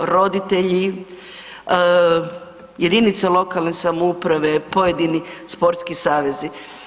Roditelji, jedinica lokalne samouprave, pojedini sportski savezi.